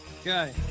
Okay